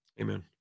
Amen